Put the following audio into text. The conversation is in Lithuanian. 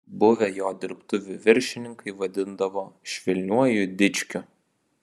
buvę jo dirbtuvių viršininkai vadindavo švelniuoju dičkiu